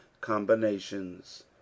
combinations